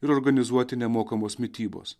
ir organizuoti nemokamos mitybos